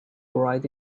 ride